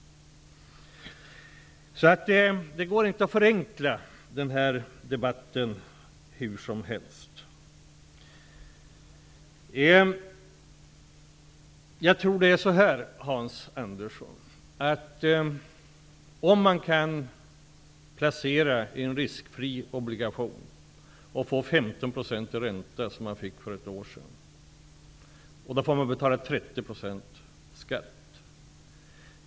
Så det går inte att förenkla den här debatten hur som helst. Jag tror att det är så här, Hans Andersson. Man kan placera pengar riskfritt i obligationer. För ett år sedan kunde man få 15 % ränta och på den intäkten betala 30 % i skatt.